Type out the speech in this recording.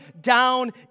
down